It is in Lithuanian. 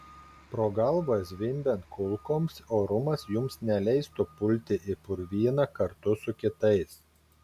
pro galvą zvimbiant kulkoms orumas jums neleistų pulti į purvyną kartu su kitais